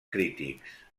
crítics